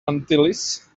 antilles